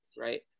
right